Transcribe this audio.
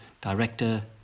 director